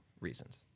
reasons